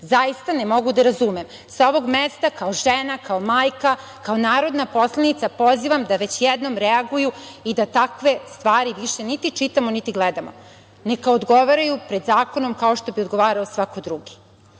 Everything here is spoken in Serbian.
Zaista to ne mogu da razumem. Sa ovog mesta kao žena, kao majka, kao narodna poslanica pozivam da već jednom reaguju i da takve stvari više niti čitamo, niti gledamo. Neka odgovaraju pred zakonom, kao što bi odgovarao svako drugi. Ono